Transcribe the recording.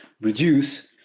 reduce